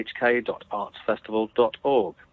hk.artsfestival.org